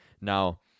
Now